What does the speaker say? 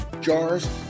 jars